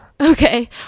Okay